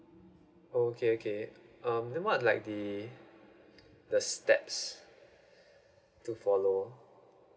oh okay okay um then what like the the steps to follow